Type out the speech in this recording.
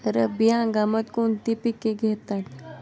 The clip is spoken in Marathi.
रब्बी हंगामात कोणती पिके घेतात?